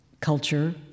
culture